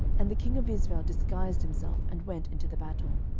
and the king of israel disguised himself, and went into the battle.